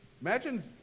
Imagine